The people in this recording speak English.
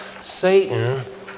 Satan